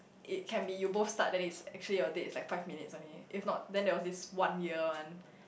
it can be you both start then it's actually your date is like five minutes only if not then there was this one year [one]